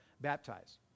baptize